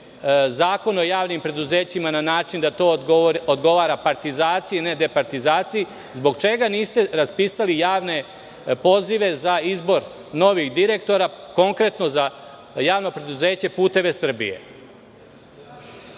Zakon o javnim preduzećima na način da to odgovara partizaciji, a ne departizaciji? Zbog čega niste raspisali javne pozive za izbor novih direktora, konkretno za JP "Puteve Srbije"?